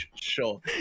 sure